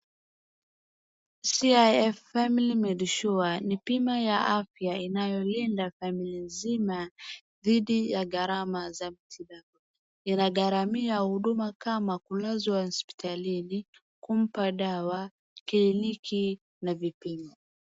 CIF family medisure ni bima ya afya inayolinda familia nzima dhidi ya gharama za matibabu. Inagharamia huduma kama kulazwa hospitalini, kumpa dawa, kliniki na vipimo.